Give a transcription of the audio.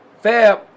Fab